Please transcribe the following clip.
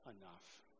enough